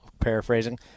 paraphrasing